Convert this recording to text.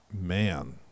Man